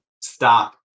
stop